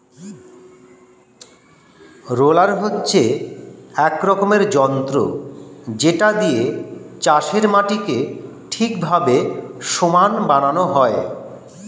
roller হচ্ছে এক রকমের যন্ত্র যেটা দিয়ে চাষের মাটিকে ঠিকভাবে সমান বানানো হয়